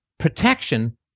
protection